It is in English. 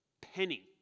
penny